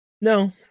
No